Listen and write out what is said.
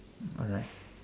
alright